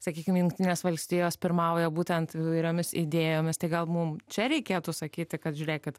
sakykim jungtinės valstijos pirmauja būtent įvairiomis idėjomis tai gal mum čia reikėtų sakyti kad žiūrėkit